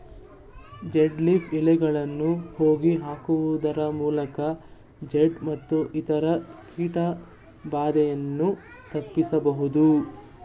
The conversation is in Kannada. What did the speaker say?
ಬೇ ಲೀಫ್ ಎಲೆಗಳನ್ನು ಹೋಗಿ ಹಾಕುವುದರಮೂಲಕ ಜಾಡ್ ಮತ್ತು ಇತರ ಕೀಟ ಬಾಧೆಯನ್ನು ತಪ್ಪಿಸಬೋದು